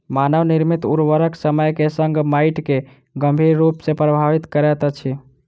मानव निर्मित उर्वरक समय के संग माइट के गंभीर रूप सॅ प्रभावित करैत अछि